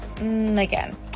again